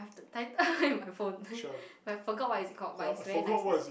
title eh my phone but I forgot what is it called but it's very nice